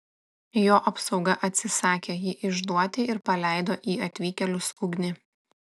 jo apsauga atsisakė jį išduoti ir paleido į atvykėlius ugnį